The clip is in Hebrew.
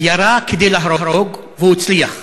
ירה כדי להרוג, והוא הצליח.